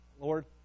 Lord